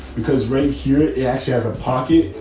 because right here it yeah actually has a pocket.